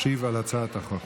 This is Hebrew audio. ישיב על הצעת החוק.